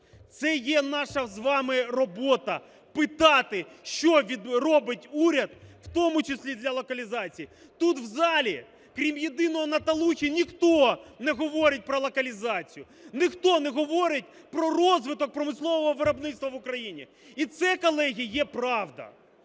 Це є наша з вами робота – питати, що робить уряд, у тому числі для локалізації. Тут в залі, крім єдиного Наталухи, ніхто не говорить про локалізацію, ніхто не говорить про розвиток промислового виробництва в Україні, і це, колеги, є правда.